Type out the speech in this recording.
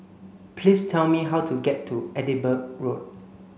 please tell me how to get to Edinburgh Road